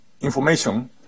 information